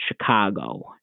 Chicago